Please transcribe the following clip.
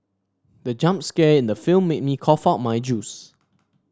the jump scare in the film made me cough out my juice